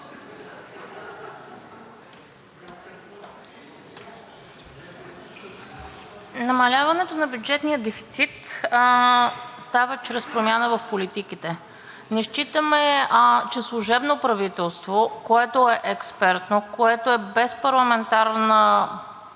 Намаляването на бюджетния дефицит става чрез промяна в политиките. Не считаме, че служебно правителство, което е експертно, което е без парламентарно